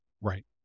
right